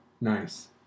Nice